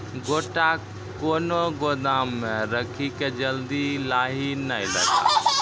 गोटा कैनो गोदाम मे रखी की जल्दी लाही नए लगा?